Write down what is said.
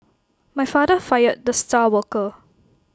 my father fired the star worker